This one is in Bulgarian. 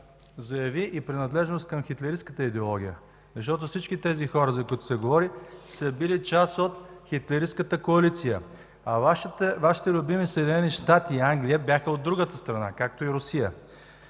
заяви и принадлежност към хитлеристката идеология. Защото всички тези хора, за които се говори, са били част от хитлеристката коалиция, а Вашите любими Съединени щати и Англия бяха от другата страна, както и Русия.